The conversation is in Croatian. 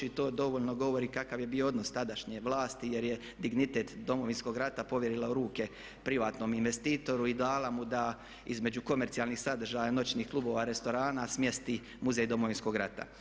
I to dovoljno govori kakav je bio odnos tadašnje vlasti jer dignitet Domovinskog rata povjerila u ruke privatnom investitoru i dala mu da između komercijalnih sadržaja noćnih klubova, restorana smjesti Muzej Domovinskog rata.